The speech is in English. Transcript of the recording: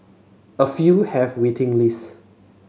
a few have waiting lists